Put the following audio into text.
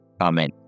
Amen